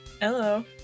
Hello